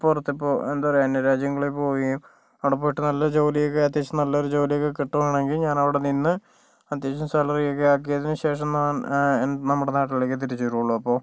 പുറത്ത് പ്പോ എന്താ പറയുക അന്യ രാജ്യങ്ങളിൽ പോവുകയും അവിടെ പോയിട്ട് നല്ല ജോലിയൊക്കെ അത്യാവശ്യം നല്ലൊരു ജോലിയൊക്കെ കിട്ടുവാണെങ്കിൽ ഞാൻ അവിടെ നിന്ന് അത്യാവശ്യം സാലറി ഒക്കെ ആക്കിയതിനു ശേഷം ഞാൻ നമ്മുടെ നാട്ടിലേക്ക് തിരിച്ചു വരുള്ളു അപ്പോൾ